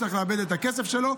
לא יצטרך לאבד את הכסף שלו.